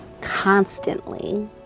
constantly